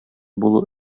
булу